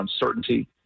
uncertainty